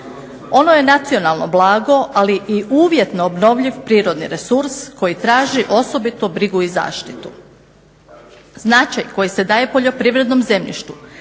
Ono je nacionalno blago, ali i uvjetno neobnovljiv prirodni resurs koji traži osobitu brigu i zaštitu. Značaj koji se daje poljoprivrednom zemljištu